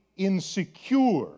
insecure